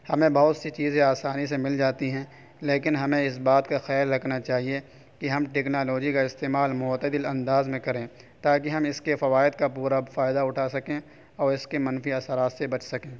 ہمیں بہت سی چیزیں آسانی سے مل جاتی ہیں لیکن ہمیں اس بات کا خیال رکھنا چاہیے کہ ہم ٹیکنالوجی کا استعمال معتدل انداز میں کریں تاکہ ہم اس کے فوائد کا پورا فائدہ اٹھا سکیں اور اس کے منفی اثرات سے بچ سکیں